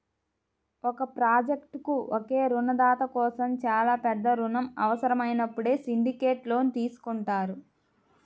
ఒక ప్రాజెక్ట్కు ఒకే రుణదాత కోసం చాలా పెద్ద రుణం అవసరమైనప్పుడు సిండికేట్ లోన్ తీసుకుంటారు